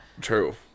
True